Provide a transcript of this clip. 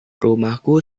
rumahku